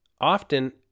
often